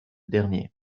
dernier